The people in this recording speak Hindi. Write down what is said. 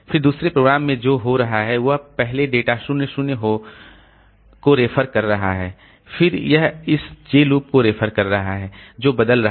फिर दूसरे प्रोग्राम में जो हो रहा है वह पहले डेटा 0 0 हो को रेफर कर रहा है फिर यह इस j लूप को रेफर कर रहा है जो बदल रहा है